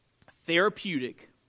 therapeutic